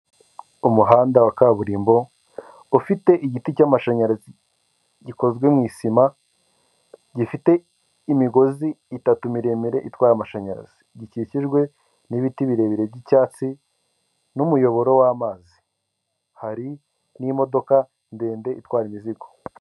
Umuhanda wa kaburimbo ufite igiti cy’amashanyarazi gikozwe mu isima, gifite imigozi itatu miremire itwaye amashanyarazi, gikikijwe n’ibiti birebire by’icyatsi n'umuyoboro w’amazi hari n'imodoka ndende itwara imizigo.